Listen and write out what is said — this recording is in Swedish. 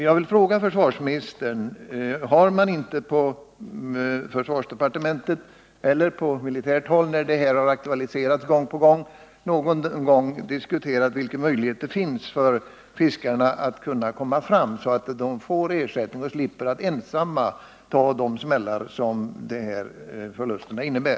Jag vill fråga försvarsministern: Har man inte på försvarsdepartementet eller på militärt håll, då den här frågan aktualiserats gång på gång, diskuterat fiskarnas möjligheter att få ersättning, så att de slipper att ensamma ta de smällar som de här förlusterna innebär?